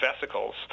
vesicles